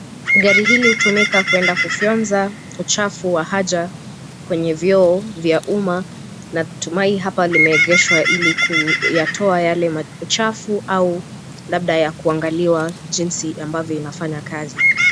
Gari hili hutumika kwenda kufyonza, uchafu wa haja, kwenye vyoo vya umma. Natumai hapa limeegeshwa ili kuyatoa yale uchafu au labda ya kuangaliwa jinsi ambavyo inafanya kazi.